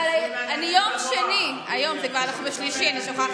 אבל ביום שני, היום זה כבר שלישי, אני שוכחת,